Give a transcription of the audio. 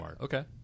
okay